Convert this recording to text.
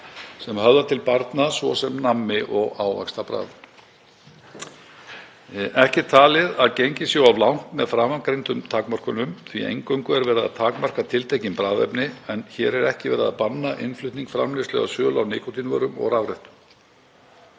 sem höfða til barna, svo sem nammi- og ávaxtabragð. Ekki er talið að gengið sé of langt með framangreindum takmörkunum því að eingöngu er verið að takmarka tiltekin bragðefni en hér er ekki verið að banna innflutning, framleiðslu eða sölu á nikótínvörum og rafrettum.